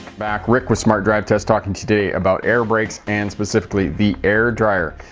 back, rick with smart drive test talking today about air brakes and specifically the air dryer.